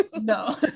No